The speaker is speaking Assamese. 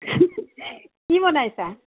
কি বনাইছা